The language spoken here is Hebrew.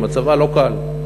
מצבה לא קל,